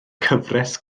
cyfres